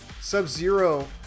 Sub-Zero